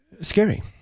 scary